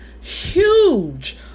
huge